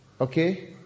okay